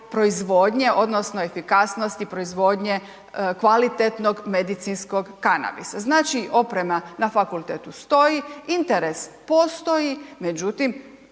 proizvodnje odnosno efikasnosti proizvodnje kvalitetnog medicinskog kanabisa. Znači, oprema na fakultetu stoji, interes postoji, međutim,